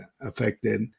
affected